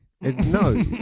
No